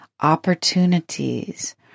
opportunities